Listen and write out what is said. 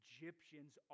Egyptians